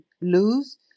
lose